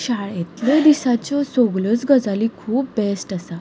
शाळेंतल्या दिसांतल्यो सगल्योच गजाली खूब बेस्ट आसा